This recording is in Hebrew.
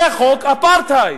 זה חוק אפרטהייד,